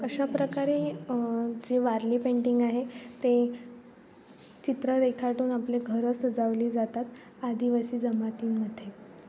अशा प्रकारे जे वारली पेंटिंग आहे ते चित्र रेखाटून आपली घरं सजावली जातात आदिवासी जमातींमध्ये